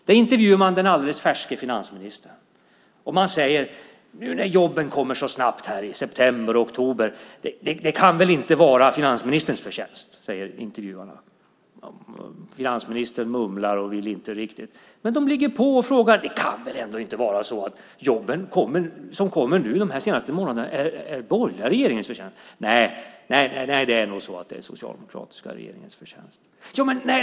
Där intervjuades den alldeles färske finansministern. Finansministern mumlade och ville inte riktigt svara. Nej, det var nog den socialdemokratiska regeringens förtjänst.